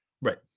Right